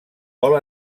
vol